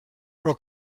però